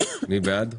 --- מי בעד?